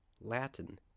Latin